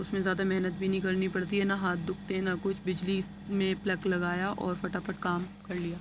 اُس میں زیادہ محنت بھی نہیں کرنی پڑتی ہے نہ ہاتھ دُکھتے ہیں نہ کچھ بجلی میں پلک لگایا اور پھٹا پھٹ کام کر لیا